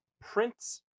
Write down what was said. prints